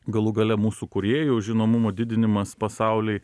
galų gale mūsų kūrėjų žinomumo didinimas pasauly